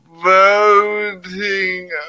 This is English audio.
Voting